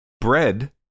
Bread